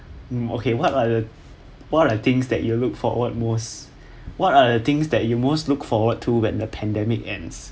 um okay what are the what are the things that you look forward most what are the things you most look forward when the pandemic ends